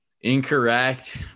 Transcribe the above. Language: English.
Incorrect